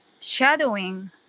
shadowing